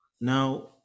Now